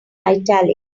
italics